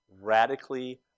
radically